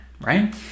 right